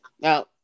now